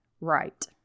right